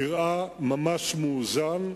זה נראה ממש מאוזן.